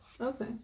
Okay